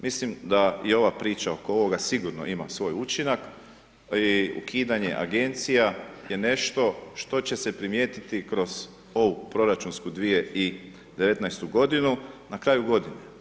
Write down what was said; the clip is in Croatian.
Mislim da i ova priča oko ovoga sigurno ima svoj učinak i ukidanje agencija je nešto što će se primijetiti kroz ovu proračunsku 2019. godinu, na kraju godine.